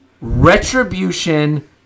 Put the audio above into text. retribution